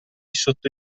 sotto